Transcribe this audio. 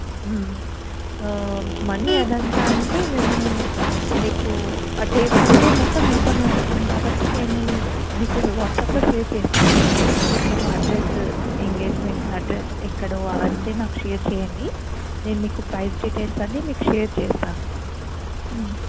money అదంతా అంటే మేము మీకు అంటే ఫుల్ డే మొత్తం మీతోనే ఉంటాం కాబట్టి నేను మీకు వాట్స్యాప్లో షేర్ చేస్తానండి మీరు అడ్రస్ ఎంగేజ్మెంట్ అడ్రస్ ఎక్కడ వారిది నాకు షేర్ చేయండి నేను మీకు ప్రైస్ డీటెయిల్స్ అన్ని షేర్ చేస్తాను